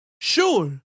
Sure